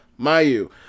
Mayu